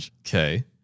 Okay